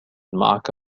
معك